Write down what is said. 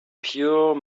pure